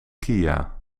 kia